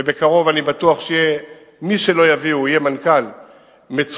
ובקרוב, אני בטוח שמי שלא יביאו יהיה מנכ"ל מצוין.